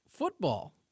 football